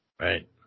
Right